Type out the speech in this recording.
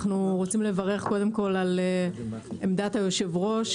אנו רוצים לברך קודם כל על עמדת היושב-ראש,